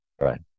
Right